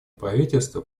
правительства